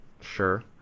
sure